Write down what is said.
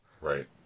Right